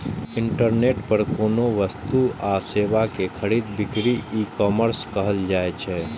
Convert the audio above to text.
internet पर कोनो वस्तु आ सेवा के खरीद बिक्री ईकॉमर्स कहल जाइ छै